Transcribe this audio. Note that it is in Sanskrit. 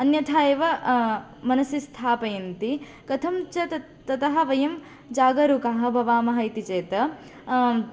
अन्यथा एव मनसि स्थापयन्ति कथं च तत् ततः वयं जागरूकाः भवामः इति चेत्